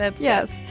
Yes